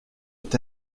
est